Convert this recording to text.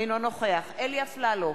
אינו נוכח אלי אפללו,